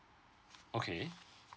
okay